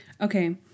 okay